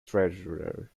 treasurer